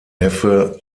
neffe